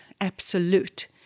absolute